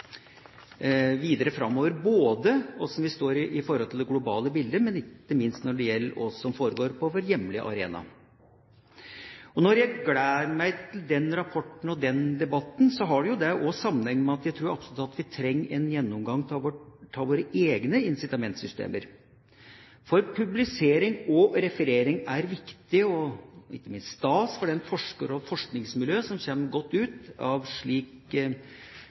videre framover – både hvordan vi står i det globale bildet, og, ikke minst, når det gjelder hva som foregår på vår hjemlige arena. Når jeg gleder meg til den rapporten og den debatten, har det også sammenheng med at jeg tror vi absolutt trenger en gjennomgang av våre egne incitamentsystemer. For publisering og referering er viktig, og ikke minst stas, for den forskeren og det forskningsmiljøet som kommer godt ut av